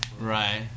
right